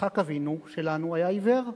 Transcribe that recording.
ויצחק אבינו שלנו היה עיוור,